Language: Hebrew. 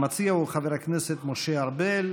המציע הוא חבר הכנסת משה ארבל.